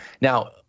Now